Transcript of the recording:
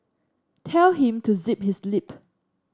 tell him to zip his lip